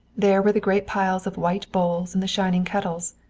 there were the great piles of white bowls and the shining kettles.